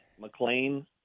McLean